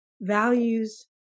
values